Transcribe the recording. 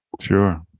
Sure